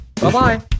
Bye-bye